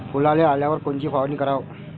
फुलाले आल्यावर कोनची फवारनी कराव?